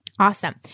Awesome